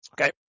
Okay